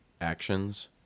actions